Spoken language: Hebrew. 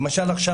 למשל עכשיו,